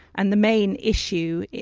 and the main issue,